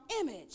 image